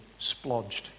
splodged